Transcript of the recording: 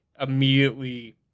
immediately